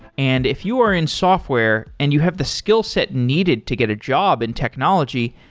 and if you are in software and you have the skillset needed to get a job in technology,